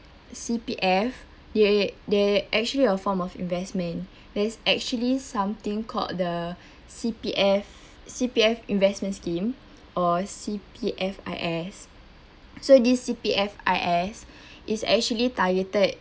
C_P_F they they actually a form of investment there's actually something called the C_P_F C_P_F investment scheme or C_P_F_I_S so this C_P_F_I_S is actually targeted